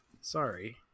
sorry